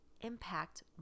impact